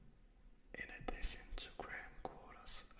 in addition to the cramped quarters,